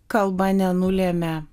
kalba nenulemia